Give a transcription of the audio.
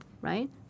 right